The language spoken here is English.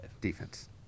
Defense